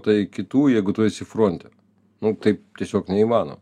tai kitų jeigu tu esi fronte nu taip tiesiog neįmanoma